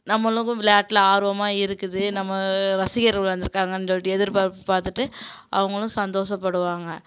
நம்மளுக்கும் விளையாட்டில ஆர்வமாக இருக்குது நம்ம ரசிகர் வந்துருக்காங்கன்னு சொல்லிட்டு எதிர்ப்பார்ப்பு பார்த்துட்டு அவங்களும் சந்தோஷப்படுவாங்க